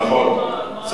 אני לא מבין מה, נכון, בסדר.